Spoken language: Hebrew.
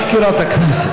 אחד מתנגד, אין נמנעים.